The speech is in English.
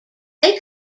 they